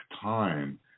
time